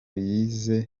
yize